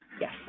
Yes